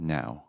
now